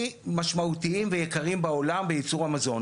משמעותיים ויקרים בעולם בייצור המזון,